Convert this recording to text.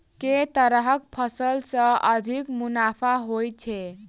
केँ तरहक फसल सऽ अधिक मुनाफा होइ छै?